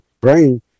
brain